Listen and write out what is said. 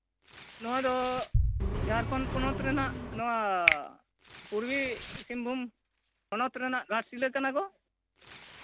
ᱱᱚᱣᱟᱫᱚ ᱡᱷᱟᱲᱠᱷᱚᱸᱰ ᱯᱚᱱᱚᱛ ᱨᱮᱱᱟᱜ ᱱᱚᱣᱟ ᱯᱩᱨᱵᱚ ᱥᱤᱝᱵᱷᱩᱢ ᱦᱚᱱᱚᱛ ᱨᱮᱱᱟᱜ ᱜᱷᱟᱴᱥᱤᱞᱟ ᱠᱟᱱᱟ ᱜᱚ